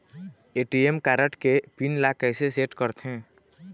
ATM card के PIN ला कैसे सेट करथे?